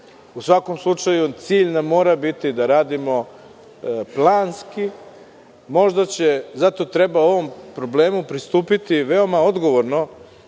svakom slučaju, cilj nam mora biti da radimo planski. Zato treba ovom problemu pristupiti veoma odgovorno.